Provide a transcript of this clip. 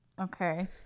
Okay